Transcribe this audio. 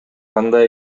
кандай